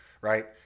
right